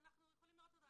ואנחנו יכולים לראות אותו,